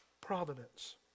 Providence